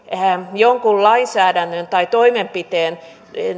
jonkun lainsäädännön tai toimenpiteen